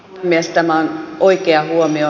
tämä on oikea huomio